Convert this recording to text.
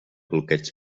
bloqueig